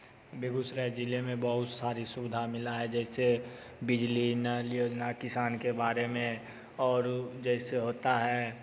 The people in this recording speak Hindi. बेगूसराय ज़िले में बहुत सारी सुविधा मिला है जैसे बिजली नल योजना किसान के बारे में और जैसे होता है